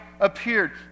appeared